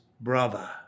brother